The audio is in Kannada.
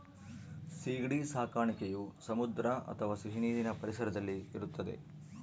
ಸೀಗಡಿ ಸಾಕಣೆಯು ಸಮುದ್ರ ಅಥವಾ ಸಿಹಿನೀರಿನ ಪರಿಸರದಲ್ಲಿ ಇರುತ್ತದೆ